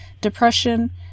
depression